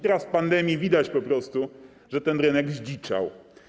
Teraz w pandemii widać po prostu, że ten rynek zdziczał.